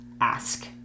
ask